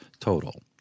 total